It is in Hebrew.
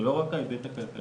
זה לא רק ההיבט הכלכלי,